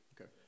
Okay